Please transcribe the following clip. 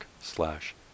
slash